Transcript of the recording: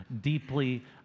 deeply